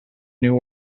new